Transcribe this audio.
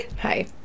Hi